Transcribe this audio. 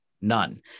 None